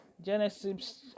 genesis